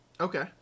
Okay